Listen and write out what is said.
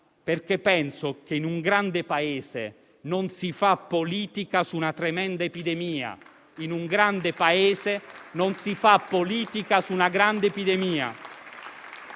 perché penso che in un grande Paese non si fa politica su una tremenda epidemia.